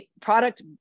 product